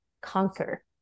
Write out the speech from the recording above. conquer